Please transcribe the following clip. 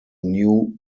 new